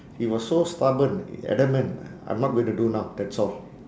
he was so stubborn and then man I'm not gonna do now that's all